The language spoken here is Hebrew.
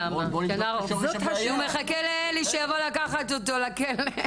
הוא מחכה שיבואו לקחת אותו לכלא.